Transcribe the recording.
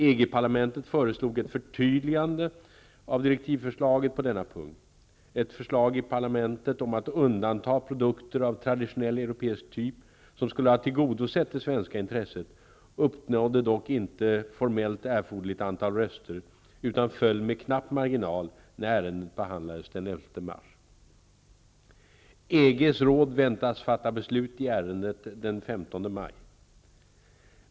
EG-parlamentet föreslog ett förtydligande av direktivförslaget på denna punkt. Ett förslag i EG-parlamentet om att undanta produkter av traditionell europeisk typ som skulle ha tillgodosett det svenska intresset uppnådde dock inte formellt erfoderligt antal röster, utan föll med knapp marginal när ärendet behandlades den 11 EG:s råd väntas fatta beslut i ärendet den 15 maj.